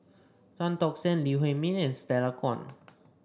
Tan Tock San Lee Huei Min and Stella Kon